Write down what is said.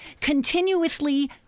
continuously